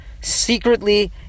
secretly